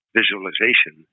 visualization